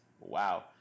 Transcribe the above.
Wow